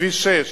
כביש 6